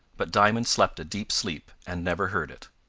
but diamond slept a deep sleep, and never heard it.